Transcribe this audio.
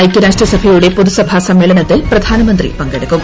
ഐകൃരാഷ്ട്രസഭയുടെ പൊതുസഭാ സമ്മേളനത്തിൽ പ്രധാനമന്ത്രി പങ്കെടുക്കും